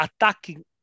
attacking